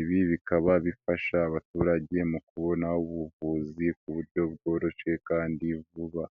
ibi bikaba bifasha abaturage mu kubona ubuvuzi ku buryo bworoshye kandi vuba.